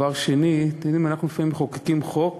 דבר שני, אתם יודעים, אנחנו לפעמים מחוקקים חוק,